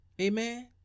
amen